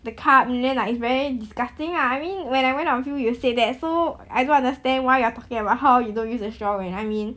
the cup and then like it's very disgusting lah I mean when I went out with you you said that so I don't understand why you are talking about how you don't use a straw when I mean